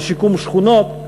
שיקום שכונות.